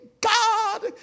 God